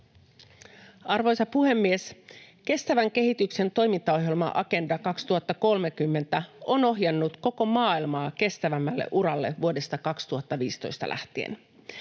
Arvoisa puhemies! Kestävän kehityksen toimintaohjelma Agenda 2030 on ohjannut koko maailmaa kestävämmälle uralle vuodesta 2015 lähtien.